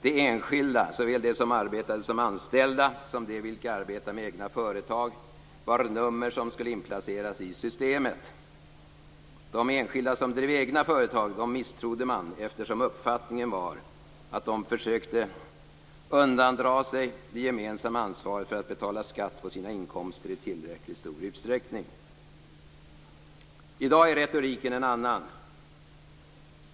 De enskilda, såväl de som arbetade som anställda som de vilka arbetade med egna företag, var nummer som skulle inplaceras i systemet. De enskilda som drev egna företag misstrodde man, eftersom uppfattningen var att de försökte undandra sig det gemensamma ansvaret att betala skatt på sina inkomster i tillräcklig utsträckning. I dag är retoriken en annan.